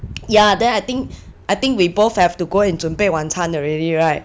ya then I think I think we both have to go and 准备晚餐 already [right]